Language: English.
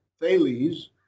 Thales